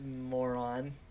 moron